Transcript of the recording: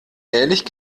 ehrlich